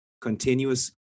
continuous